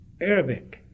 Arabic